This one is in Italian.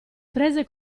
prese